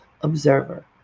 observer